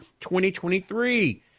2023